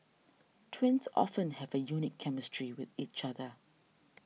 twins often have a unique chemistry with each other